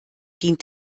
dient